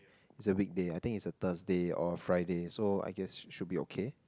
is a weekday I think is a Thursday or Friday so I guess should be okay